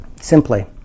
Simply